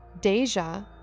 Deja